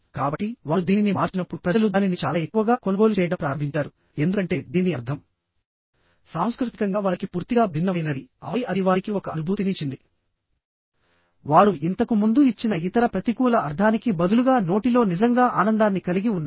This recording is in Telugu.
కాబట్టి వారు దీనిని మార్చినప్పుడు ప్రజలు దానిని చాలా ఎక్కువగా కొనుగోలు చేయడం ప్రారంభించారు ఎందుకంటే దీని అర్థం సాంస్కృతికంగా వారికి పూర్తిగా భిన్నమైనది ఆపై అది వారికి ఒక అనుభూతిని ఇచ్చింది వారు ఇంతకు ముందు ఇచ్చిన ఇతర ప్రతికూల అర్థానికి బదులుగా నోటిలో నిజంగా ఆనందాన్ని కలిగి ఉన్నారు